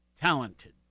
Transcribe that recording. talented